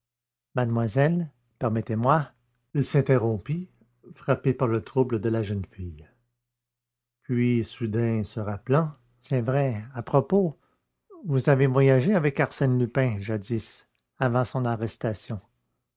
mademoiselle permettez-moi il s'interrompit frappé par le trouble de la jeune fille puis soudain se rappelant c'est vrai à propos vous avez voyagé avec arsène lupin jadis avant son arrestation